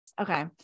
Okay